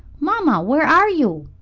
mamma, where are you?